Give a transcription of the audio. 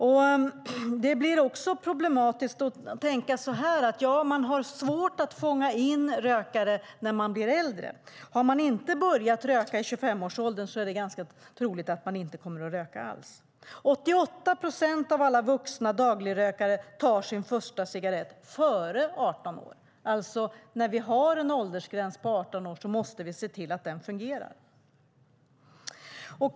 Det blir också problematiskt att tänka så här: Det är svårt att fånga in rökare när de blir äldre. Har man inte börjat röka i 25-årsåldern är det ganska troligt att man inte kommer att röka alls. 88 procent av alla vuxna dagligrökare tar sin första cigarett före 18 års ålder. När vi har en åldersgräns på 18 år måste vi alltså se till att den fungerar.